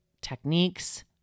techniques